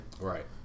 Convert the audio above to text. Right